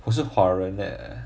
我是华人 eh